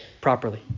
properly